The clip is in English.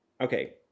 okay